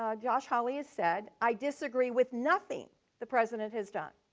ah josh hawley has said i disagree with nothing the president has done.